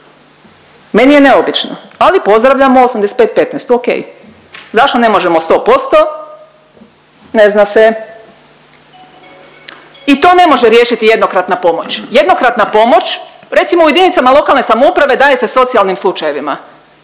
Meni je neobično, ali pozdravljamo 85-15 okej. Zašto ne možemo 100%? Ne zna se. I to ne može riješiti jednokratna pomoć, jednokratna pomoć recimo u JLS daje se socijalnim slučajevima,